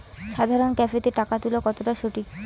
সাধারণ ক্যাফেতে টাকা তুলা কতটা সঠিক?